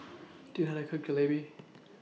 Do YOU How to Cook Jalebi